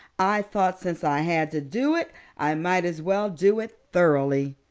i thought since i had to do it i might as well do it thoroughly.